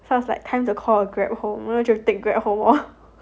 sounds like time to call a Grab home so 然后就 take a Grab home orh